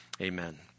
Amen